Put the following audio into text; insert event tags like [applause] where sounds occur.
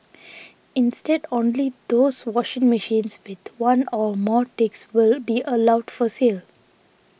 [noise] instead only those washing machines with one or more ticks will be allowed for sale